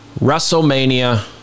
WrestleMania